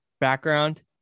background